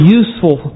useful